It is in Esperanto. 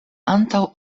antaŭ